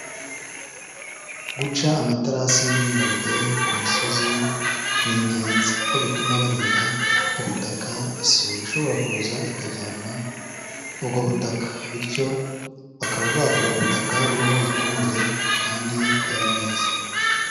Guca amaterasi y'indinganire ku misozi ni ingenzi. Kuko bituma barinda ubutaka isuri ishobora kuza ikajyana ubwo butaka bityo bakaba babura ubutaka, burimo ifumbire kandi bwera neza.